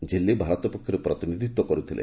ଝିଲ୍ଲୀ ଭାରତ ପକ୍ଷରୁ ପ୍ରତିନିଧିତ୍ୱ କରୁଥିଲେ